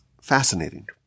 fascinating